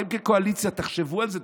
אתם כקואליציה תחשבו על זה,